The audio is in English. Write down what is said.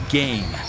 game